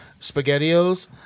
spaghettios